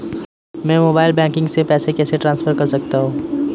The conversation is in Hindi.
मैं मोबाइल बैंकिंग से पैसे कैसे ट्रांसफर कर सकता हूं?